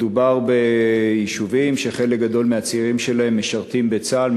מדובר ביישובים שחלק גדול מהצעירים שלהם משרתים בצה"ל,